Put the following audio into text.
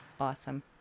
Awesome